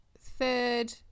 Third